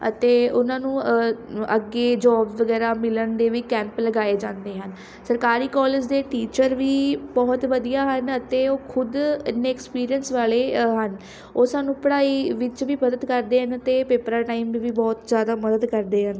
ਅਤੇ ਉਨਾਂ ਨੂੰ ਅੱਗੇ ਜੋਬ ਵਗੈਰਾ ਮਿਲਣ ਦੇ ਵੀ ਕੈਂਪ ਲਗਾਏ ਜਾਂਦੇ ਹਨ ਸਰਕਾਰੀ ਕੋਲੇਜ ਦੇ ਟੀਚਰ ਵੀ ਬਹੁਤ ਵਧੀਆ ਹਨ ਅਤੇ ਉਹ ਖੁਦ ਇੰਨੇ ਐਕਸਪੀਰੀਅੰਸ ਵਾਲੇ ਹਨ ਉਹ ਸਾਨੂੰ ਪੜ੍ਹਾਈ ਵਿੱਚ ਵੀ ਮਦਦ ਕਰਦੇ ਹਨ ਅਤੇ ਪੇਪਰਾਂ ਟਾਈਮ ਵੀ ਬਹੁਤ ਜ਼ਿਆਦਾ ਮਦਦ ਕਰਦੇ ਹਨ